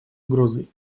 угрозой